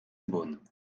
beaune